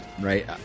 right